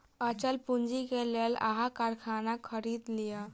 अचल पूंजी के लेल अहाँ कारखाना खरीद लिअ